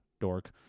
dork